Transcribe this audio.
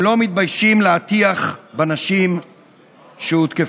הם לא מתביישים להטיח בנשים שהותקפו.